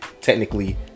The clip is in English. Technically